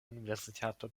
universitato